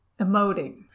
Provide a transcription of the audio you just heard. emoting